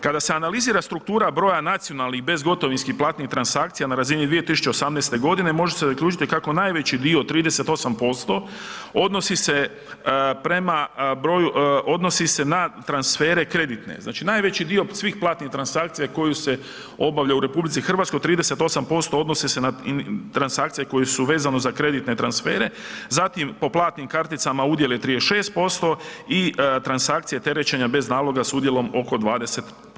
Kada se analizira struktura broja nacionalnih bezgotovinskih platnih transakcija na razini 2018.g. može se zaključiti kako najveći dio 38% odnosi se prema broju, odnosi se na transfere kreditne, znači najveći dio svih platnih transakcija koji se obavlja u RH 38% odnosi se na transakcije koje su vezano za kreditne transfere, zatim po platnim karticama udjel je 36% i transakcije terećenja bez naloga s udjelom oko 20%